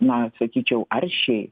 na sakyčiau aršiai